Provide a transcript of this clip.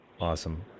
Awesome